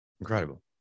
Incredible